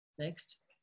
Next